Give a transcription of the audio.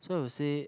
so I will say